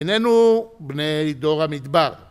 איננו בני דור המדבר.